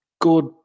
Good